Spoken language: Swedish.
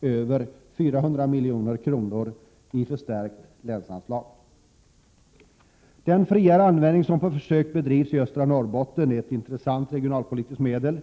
över 400 milj.kr.i förstärkt länsanslag. Den friare användningen, som på försök bedrivs i östra Norrbotten, utgör ett intressant regionalpolitiskt medel.